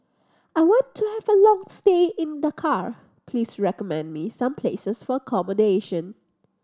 I want to have a long stay in Dakar please recommend me some places for accommodation